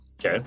Okay